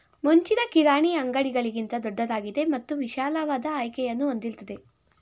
ಮುಂಚಿನ ಕಿರಾಣಿ ಅಂಗಡಿಗಳಿಗಿಂತ ದೊಡ್ದಾಗಿದೆ ಮತ್ತು ವಿಶಾಲವಾದ ಆಯ್ಕೆಯನ್ನು ಹೊಂದಿರ್ತದೆ